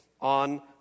on